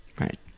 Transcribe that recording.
Right